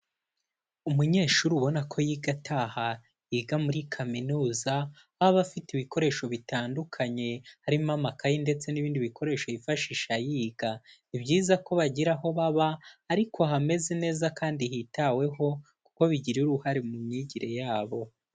Umunyeshuri ubona ko yiga ataha yiga muri kaminuza, aho aba afite ibikoresho bitandukanye harimo amakayi ndetse n'ibindi bikoresho yifashisha yiga, ni byiza ko bagira aho baba ariko hameze neza kandi hitaweho kuko bigira uruhare mu myigire yabo.